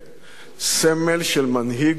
סמל של מנהיג ומפקד